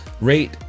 rate